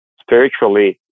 spiritually